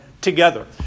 together